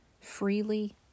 freely